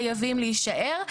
והתקציבים האלה חייבים להישאר.